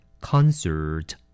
Concert